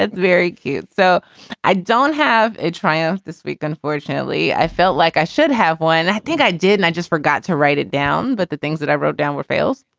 very cute so i don't have a trial this week, unfortunately. i felt like i should have won. i think i did. and i just forgot to write it down. but the things that i wrote down were fails.